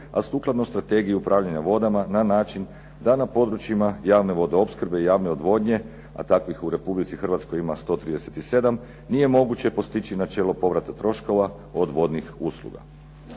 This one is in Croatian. a sukladno strategiji upravljanja vodama na način da na područjima javne vodoopskrbe i javne odvodnje, a takvih u Republici Hrvatskoj ima 137, nije moguće postići načelo povrata troškova od vodnih usluga.